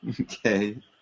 Okay